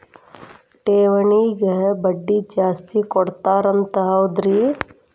ಠೇವಣಿಗ ಬಡ್ಡಿ ಜಾಸ್ತಿ ಕೊಡ್ತಾರಂತ ಹೌದ್ರಿ?